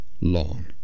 long